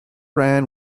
ran